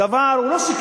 הוא לא שיקר.